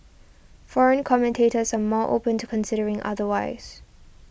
foreign commentators are more open to considering otherwise